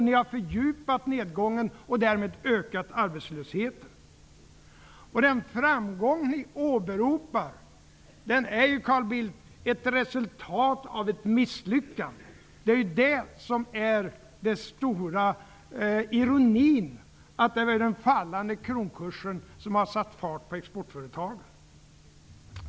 Ni har fördjupat nedgången och därmed ökat arbetslösheten. Den framgång ni åberopar är, Carl Bildt, ett resultat av ett misslyckande. Det är ju det som är den stora ironin, att det är den fallande kronkursen som har satt fart på exportföretagen.